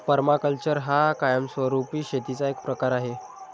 permaculture हा कायमस्वरूपी शेतीचा एक प्रकार आहे